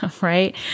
right